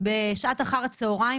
בשעת אחר הצוהריים,